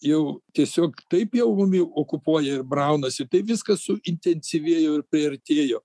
jau tiesiog taip jau mumi okupuoja ir braunasi tai viskas suintensyvėjo ir priartėjo